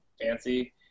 fancy